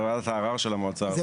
הערר של המועצה הארצית.